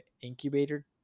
incubator